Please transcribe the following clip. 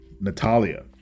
Natalia